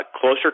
closer